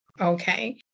Okay